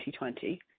2020